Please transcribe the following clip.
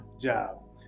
job